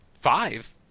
five